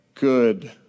good